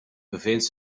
bevindt